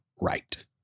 right